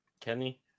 Kenny